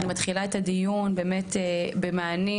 אני פותחת את הדיון בוועדת הצעירים,